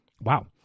Wow